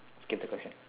skip the question